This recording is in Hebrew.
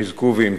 חזקו ואמצו.